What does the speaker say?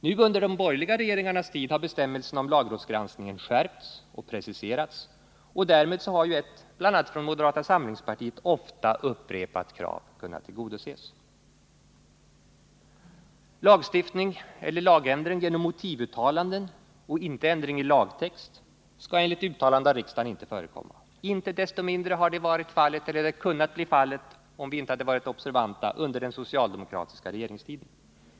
Nu, under de borgerliga regeringarnas tid, har bestämmelserna om lagrådsgranskning skärpts och preciserats, och därmed har ett, bl.a. från moderata samlingspartiet, ofta upprepat krav kunnat tillgodoses. Lagstiftning eller lagändring genom motivuttalanden och inte ändring i lagtext skall enligt uttalande av riksdagen inte förekomma. Icke desto mindre hade det kunnat bli fallet under den socialdemokratiska regeringstiden, om vi inte hade varit observanta.